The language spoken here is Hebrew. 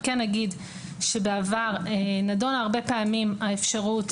בעבר נדונה הרבה פעמים האפשרות